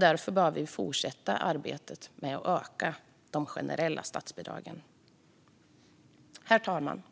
Därför behöver vi fortsätta arbetet med att öka de generella statsbidragen. Herr talman!